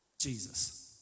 Jesus